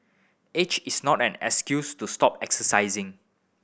age is not an excuse to stop exercising